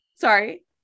sorry